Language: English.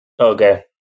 Okay